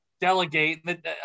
delegate